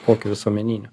kokiu visuomeniniu